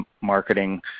marketing